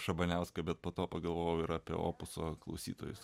šabaniauską bet po to pagalvojau ir apie opuso klausytojus